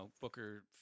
Booker